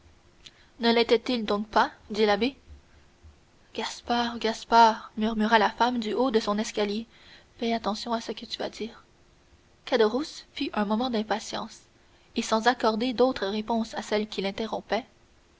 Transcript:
ne létait il donc pas dit l'abbé gaspard gaspard murmura la femme du haut de son escalier fais attention à ce que tu vas dire caderousse fit un mouvement d'impatience et sans accorder d'autre réponse à celle qui l'interrompait